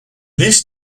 this